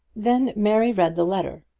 then mary read the letter.